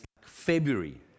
February